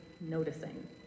noticing